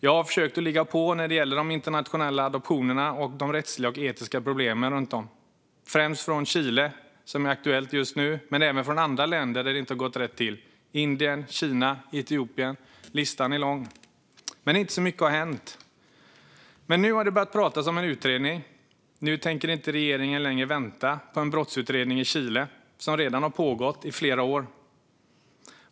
Jag har försökt ligga på när det gäller de internationella adoptionerna och de rättsliga och etiska problemen runt om dem - främst från Chile, som är aktuellt just nu, men även från andra länder där det inte har gått rätt till, bland andra Indien, Kina, Etiopien. Listan är lång. Men inte mycket har hänt. Nu har det dock börjat pratas om en utredning. Regeringen tänker inte längre vänta på en brottsutredning i Chile som redan har pågått i flera år.